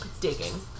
digging